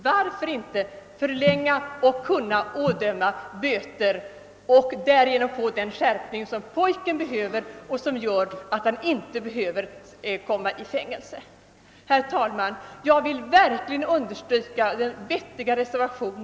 Varför inte förlänga den första skyddstillsynen och ådöma böter för att därigenom åstadkomma den skärpning av straffet som pojken behöver och som gör att han inte kommer i fängelse. Herr talman! Jag vill yrka bifall till denna vettiga reservation.